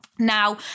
Now